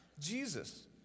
Jesus